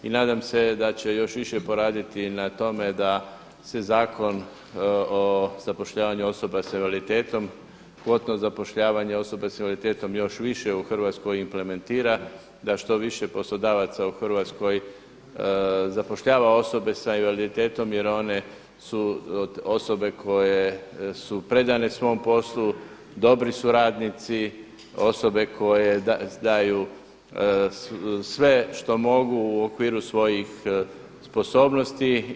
I nadam se da će još više poraditi na tome da se Zakon o zapošljavanju osoba sa invaliditetom, kvotno zapošljavanje osoba sa invaliditetom još više u Hrvatskoj implementira, da što više poslodavaca u Hrvatskoj zapošljava osobe sa invaliditetom jer one su osobe koje su predane svom poslu, dobri su radnici, osobe koje daju sve što mogu u okviru svojih sposobnosti.